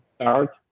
start